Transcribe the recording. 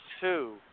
two